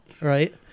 right